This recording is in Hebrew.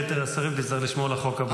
את יתר השרים תצטרך לשמור לחוק הבא.